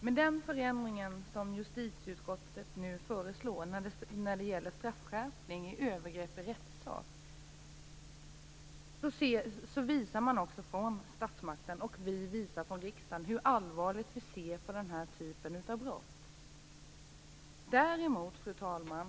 Med den förändring som justitieutskottet nu föreslår när det gäller straffberäkning av övergrepp i rättssak visar man från statsmaktens och riksdagens sida hur allvarligt vi ser på den här typen av brott. Fru talman!